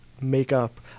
makeup